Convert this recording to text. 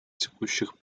текущих